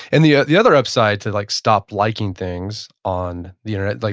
and the ah the other upside to like stop liking things on the internet, like